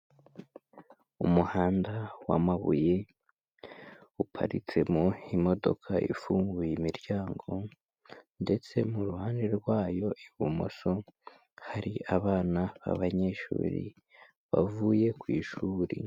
Umuhanda w'amabuye uparitsemo imodoka ifunguye imiryango, ndetse mu ruhande rwayo ibumoso hari abana babanyeshuri bavuye ku ishuri.